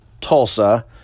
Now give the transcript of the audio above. Tulsa